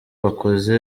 bakoze